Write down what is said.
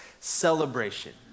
celebration